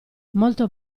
molto